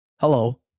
Hello